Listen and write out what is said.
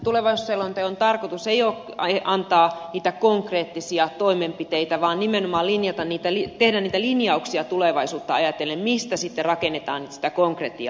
tämän tulevaisuusselonteon tarkoitus ei ole antaa niitä konkreettisia toimenpiteitä vaan nimenomaan tehdä tulevaisuutta ajatellen niitä linjauksia mistä sitten rakennetaan sitä konkretiaa